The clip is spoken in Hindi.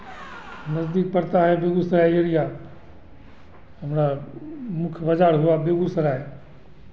नज़दीक पड़ता है बेगूसराय एरिया हमरा मुख्य बाज़ार हुआ बेगूसराय